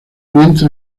vientre